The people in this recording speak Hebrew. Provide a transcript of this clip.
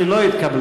13 לא התקבלה.